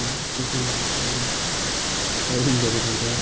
हो त्यसमा अब सबैले तरुलहरू खान्छ